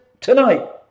tonight